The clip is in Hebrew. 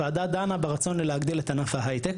הוועדה דנה ברצון להגדיל את ענף ההייטק,